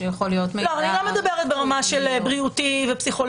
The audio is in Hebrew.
שיכול להיות מידע --- אני לא מדברת ברמה של בריאות ופסיכולוגיה,